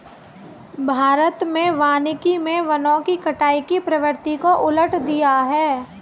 भारत में वानिकी मे वनों की कटाई की प्रवृत्ति को उलट दिया है